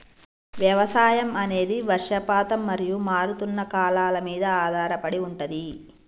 వ్యవసాయం అనేది వర్షపాతం మరియు మారుతున్న కాలాల మీద ఆధారపడి ఉంటది